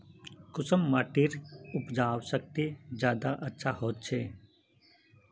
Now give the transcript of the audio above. कुंसम माटिर उपजाऊ शक्ति ज्यादा अच्छा होचए?